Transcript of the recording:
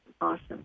Awesome